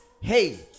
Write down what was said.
Hey